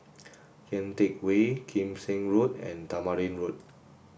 Kian Teck Way Kim Seng Road and Tamarind Road